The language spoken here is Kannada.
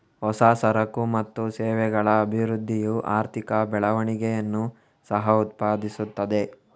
ಹೊಸ ಸರಕು ಮತ್ತು ಸೇವೆಗಳ ಅಭಿವೃದ್ಧಿಯು ಆರ್ಥಿಕ ಬೆಳವಣಿಗೆಯನ್ನು ಸಹ ಉತ್ಪಾದಿಸುತ್ತದೆ